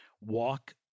walk